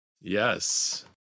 Yes